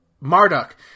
Marduk